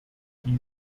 die